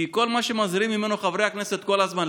כי כל מה שמזהירים ממנו חברי הכנסת כל הזמן,